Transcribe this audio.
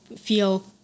feel